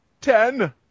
ten